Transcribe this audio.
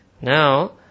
Now